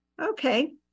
Okay